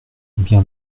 bien